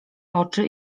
oczy